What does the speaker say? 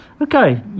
Okay